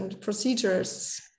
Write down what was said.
procedures